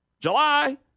July